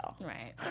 Right